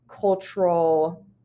cultural